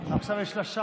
עכשיו יש לה של.